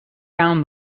found